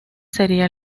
sería